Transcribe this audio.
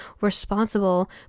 responsible